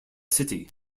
city